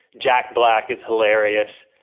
jack black is hilarious.